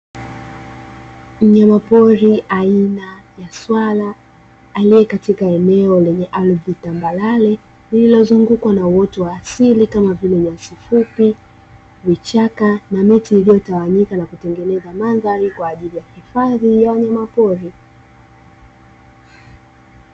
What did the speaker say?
Mnyama pori, aina ya swala, aliye katika eneo lenye ardhi tambarare, lililozungukwa na uoto wa asili kama vile nyasi fupi, vichaka, na miti iliyotawanyika, na kutengeneza mandhari kwa ajili ya hifadhi ya wanyama pori.